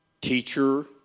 teacher